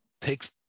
takes